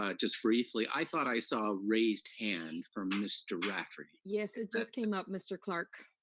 ah just briefly, i thought i saw a raised hand from mr. rafferty. yes, it just came up, mr. clark.